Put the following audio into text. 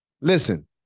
Listen